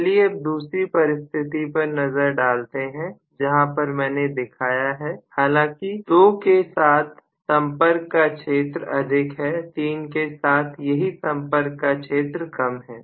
चलिए अब दूसरी परिस्थिति पर नजर डालते हैं जहां पर मैंने दिखाया है हालांकि 2 के साथ संपर्क का क्षेत्र अधिक है 3 के साथ यही संपर्क का क्षेत्र कम है